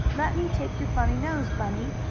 let me take your funny nose, bunny,